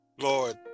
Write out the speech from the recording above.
Lord